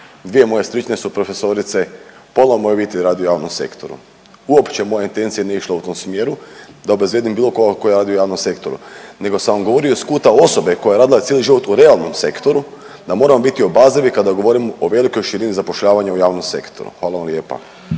dvije moje sestrične su profesorice, pola moje obitelji radi u javnom sektoru. Uopće moja intencija nije išla u tom smjeru da obezvrijedim bilo koga tko radi u javnom sektoru, nego sam vam govorio iz kuta osobe koja je radila cijeli život u realnom sektoru da moramo biti obazrivi kada govorimo o velikoj širini zapošljavanja u javnom sektoru. Hvala vam lijepa.